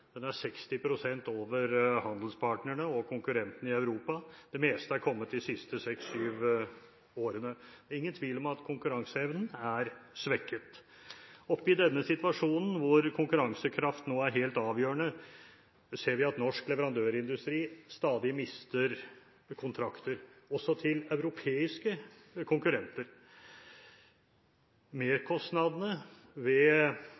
Den er 60 pst. over handelspartnerne og konkurrentene i Europa, og det meste er kommet de siste seks–syv årene. Det er ingen tvil om at konkurranseevnen er svekket. Oppi denne situasjonen, hvor konkurransekraft nå er helt avgjørende, ser vi at norsk leverandørindustri stadig mister kontrakter også til europeiske konkurrenter. Merkostnadene ved